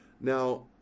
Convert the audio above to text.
Now